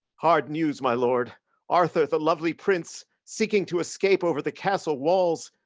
hard news, my lord arthur the lovely prince seeking to escape over the castle walls,